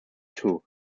two